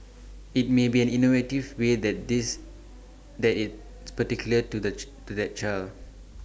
IT may be an innovative way that this that is particular to that to that child